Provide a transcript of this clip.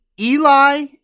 Eli